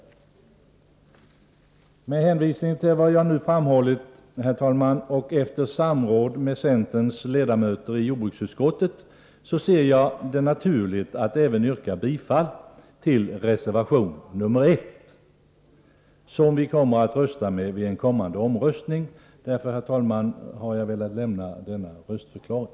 Herr talman! Med hänvisning till vad jag nu framhållit och efter samråd med centerns ledamöter i jordbruksutskottet, ser jag det naturligt att även yrka bifall till reservation 1, som vi kommer att rösta på vid den kommande omröstningen. Därför har jag, herr talman, velat lämna denna röstförklaring.